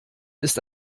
ist